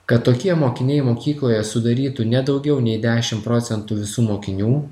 kad tokie mokiniai mokykloje sudarytų ne daugiau nei dešim procentų visų mokinių